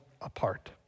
apart